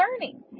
learning